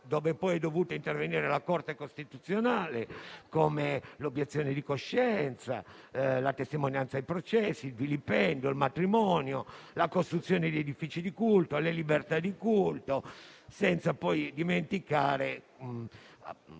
che hanno visto l'intervento della Corte costituzionale, come l'obiezione di coscienza, la testimonianza ai processi, il vilipendio, il matrimonio, la costruzione di edifici di culto, le libertà di culto; senza poi dimenticare